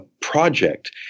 project